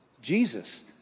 Jesus